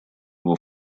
его